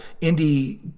indie